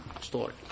story